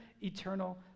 eternal